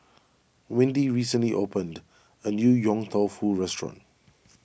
windy recently opened a new Yong Tau Foo restaurant